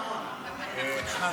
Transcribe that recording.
פסוק ראשון ופסוק אחרון.